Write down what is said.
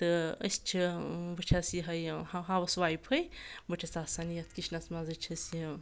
تہٕ أسۍ چھِ بہٕ چھَس یِہے ہاوُس وایفٕے بہٕ چھَس آسان یَتھ کِچنَس منٛزٕے چھس یہِ